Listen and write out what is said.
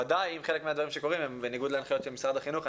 ודאי אם חלק מהדברים שקורים הם בניגוד להנחיות של משרד החינוך.